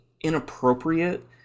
inappropriate